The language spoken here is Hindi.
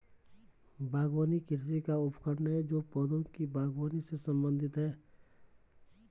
बागवानी कृषि का उपखंड है जो पौधों की बागवानी से संबंधित है